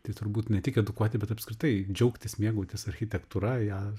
tai turbūt ne tik edukuoti bet apskritai džiaugtis mėgautis architektūra ją